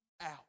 out